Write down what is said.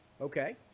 Okay